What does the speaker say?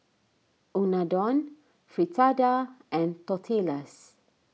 Unadon Fritada and Tortillas